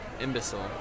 imbecile